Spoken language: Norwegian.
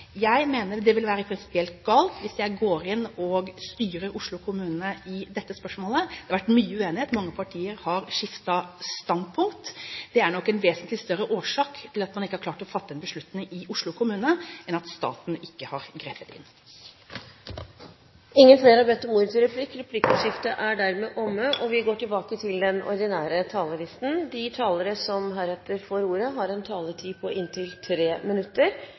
Jeg mener det ville være prinsipielt galt hvis jeg går inn og styrer Oslo kommune i dette spørsmålet. Det har vært mye uenighet, mange partier har skiftet standpunkt. Det er nok en vesentlig større årsak til at man ikke har klart å fatte en beslutning i Oslo kommune, enn at staten ikke har grepet inn. Replikkordskiftet er omme. De talere som heretter får ordet,